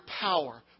power